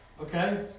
Okay